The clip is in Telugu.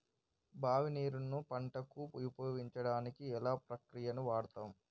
బావి నీరు ను పంట కు ఉపయోగించడానికి ఎలాంటి ప్రక్రియ వాడుతం?